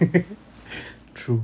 true